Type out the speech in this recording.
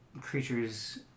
creatures